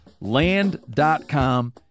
Land.com